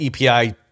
epi